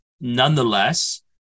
nonetheless